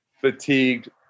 fatigued